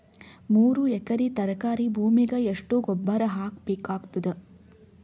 ಮೂರು ಎಕರಿ ತರಕಾರಿ ಭೂಮಿಗ ಎಷ್ಟ ಗೊಬ್ಬರ ಹಾಕ್ ಬೇಕಾಗತದ?